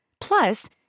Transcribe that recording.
Plus